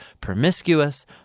promiscuous